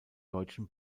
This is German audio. deutschen